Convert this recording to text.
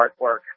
artwork